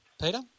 Peter